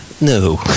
No